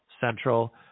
central